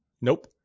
Nope